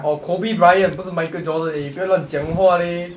orh kobe bryant 不是 michael jordan eh 不要乱讲话 leh